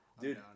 dude